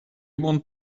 want